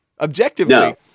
objectively